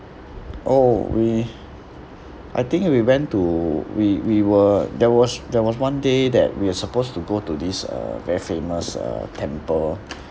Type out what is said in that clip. oh we I think we went to we we were there was there was one day that we are supposed to go to this uh very famous uh temple